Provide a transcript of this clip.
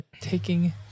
taking